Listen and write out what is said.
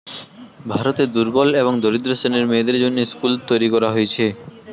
ভারতে দুর্বল এবং দরিদ্র শ্রেণীর মেয়েদের জন্যে স্কুল তৈরী করা হয়েছে